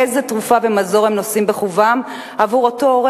אילו תרופה ומזור הם נושאים בחובם עבור אותו הורה